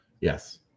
yes